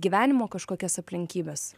gyvenimo kažkokias aplinkybes